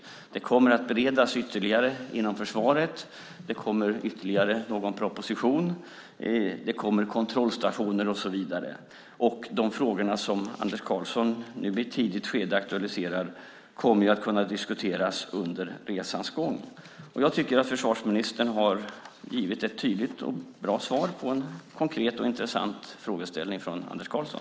Frågan kommer att beredas ytterligare inom försvaret. Det kommer ytterligare någon proposition. Det kommer kontrollstationer och så vidare. De frågor som Anders Karlsson nu i ett tidigt skede aktualiserar kommer att kunna diskuteras under resans gång. Jag tycker att försvarsministern har givit ett tydligt och bra svar på en konkret och intressant frågeställning från Anders Karlsson.